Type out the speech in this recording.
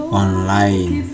online